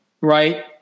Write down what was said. right